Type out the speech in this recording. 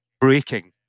breaking